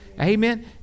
Amen